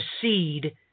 seed